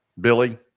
Billy